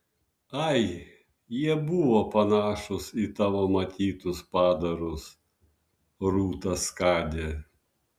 ai jie buvo panašūs į tavo matytus padarus rūta skade